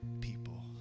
people